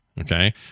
Okay